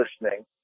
listening